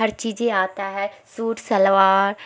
ہر چیز آتا ہے سوٹ شلوار